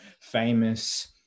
famous